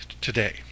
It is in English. today